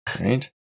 Right